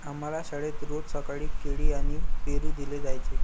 आम्हाला शाळेत रोज सकाळी केळी आणि पेरू दिले जायचे